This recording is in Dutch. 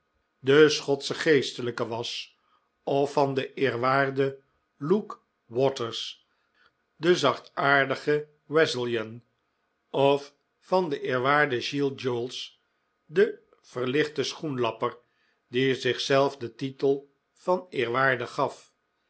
den schotschen geestelijke was of van den eerwaarden luke waters den zachtaardigen wesleyan of van den eerwaarden giles jowls den verlichten schoenlapper die zichzelf den titel van eerwaarde gaf